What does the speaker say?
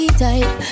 type